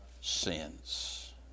sins